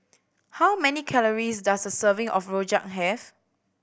how many calories does a serving of rojak have